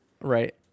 right